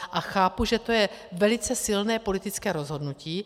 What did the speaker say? A chápu, že to je velice silné politické rozhodnutí.